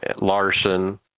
larson